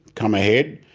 come ahead.